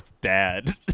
dad